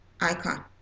icon